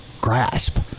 grasp